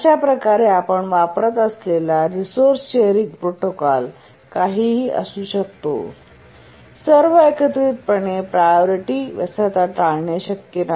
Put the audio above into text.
अशाप्रकारे आपण वापरत असलेला रिसोर्सशेरिंग प्रोटोकॉल काहीही असू शकतो सर्व एकत्रितपणे प्रायोरिटी व्यस्तता टाळणे शक्य नाही